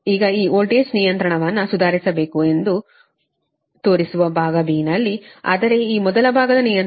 ಈಗ ಆ ವೋಲ್ಟೇಜ್ ನಿಯಂತ್ರಣವನ್ನು ಸುಧಾರಿಸಬೇಕು ಎಂದು ತೋರಿಸುವ ಭಾಗ ನಲ್ಲಿ ಅಂದರೆ ಆ ಮೊದಲ ಭಾಗದ ನಿಯಂತ್ರಣವು 16